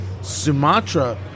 Sumatra